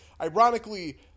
ironically